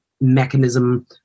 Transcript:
mechanism